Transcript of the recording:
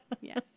Yes